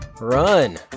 run